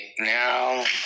now